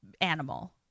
Animal